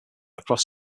across